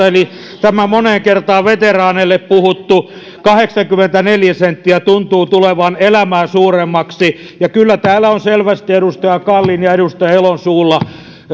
eli tämä moneen kertaan veteraaneille puhuttu kahdeksankymmentäneljä senttiä tuntuu tulevan elämää suuremmaksi ja kyllä täällä on selvästi edustaja kallin ja edustaja elon suulla